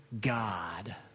God